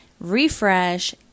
refresh